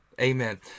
Amen